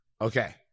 Okay